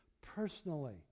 personally